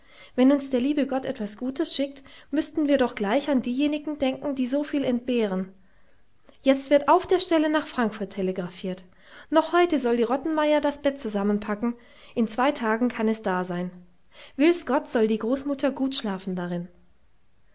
wenn uns der liebe gott etwas gutes schickt müßten wir doch gleich an diejenigen denken die so viel entbehren jetzt wird auf der stelle nach frankfurt telegrafiert noch heute soll die rottenmeier das bett zusammenpacken in zwei tagen kann es dasein will's gott soll die großmutter gut schlafen darin